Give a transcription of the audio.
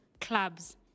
clubs